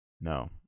No